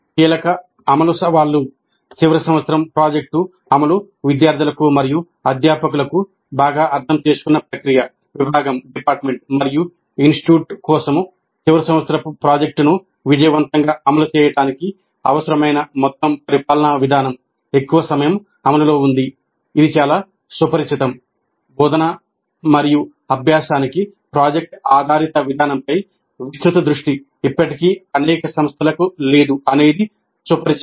కీలక అమలు సవాళ్లు చివరి సంవత్సరం ప్రాజెక్టు అమలు విద్యార్థులకు మరియు అధ్యాపకులకు బాగా అర్థం చేసుకున్న ప్రక్రియ విభాగం మరియు ఇన్స్టిట్యూట్ కోసం బోధన మరియు అభ్యాసానికి ప్రాజెక్ట్ ఆధారిత విధానంపై విస్తృత దృష్టి ఇప్పటికీ అనేక సంస్థలకు లేదు అనేది సుపరిచితం